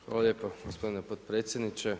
Hvala lijepa gospodine potpredsjedniče.